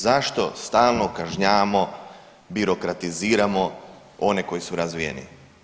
Zašto stalno kažnjavamo birokratiziramo one koji su razvijeni?